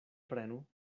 prenu